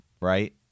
right